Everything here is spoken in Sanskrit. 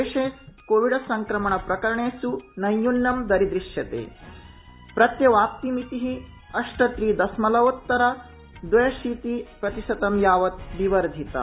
देशे कोविड संक्रमण प्रकरणेष् नैयून्यं दरीदृश्यते प्रत्यवाप्तिमिति अष्ट त्रि दशमलवोत्तर द्वयाशीति प्रतिशतं यावत् विवर्धिता